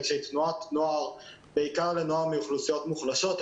שהיא תנועת נוער בעיקר לנוער מאוכלוסיות מוחלשות.